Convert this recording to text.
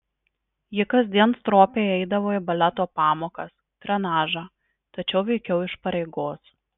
ji kasdien stropiai eidavo į baleto pamokas trenažą tačiau veikiau iš pareigos